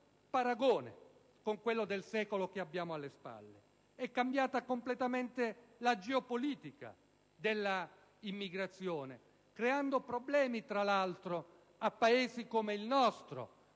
paragoni con quello del secolo che abbiamo alle spalle. È cambiata completamente la geopolitica dell'immigrazione, creando problemi, tra l'altro, a Paesi come il nostro